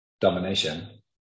domination